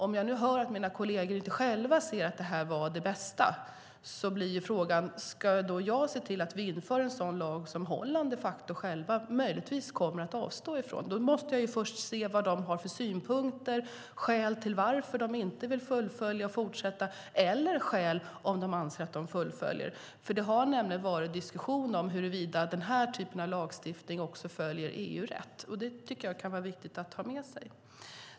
När jag nu hör mina holländska kolleger säga att detta inte var det bästa blir frågan om jag ska se till att vi inför den lag som Holland möjligtvis själva kommer att avstå från. Jag måste först se vad de har för synpunkter och skäl att inte vilja fullfölja eller att vilja fullfölja. Det har också varit diskussion om huruvida denna typ av lagstiftning följer EU-rätt, vilket kan vara viktigt att ha med sig.